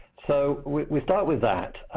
so we start with that,